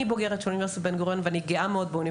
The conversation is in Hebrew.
אני בוגרת של אוניברסיטת בן גוריון ואני גאה מאוד בה.